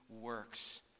works